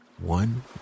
one